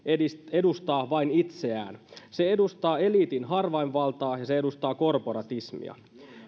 edustaa vain itseään se edustaa eliitin harvainvaltaa ja se edustaa korporatismia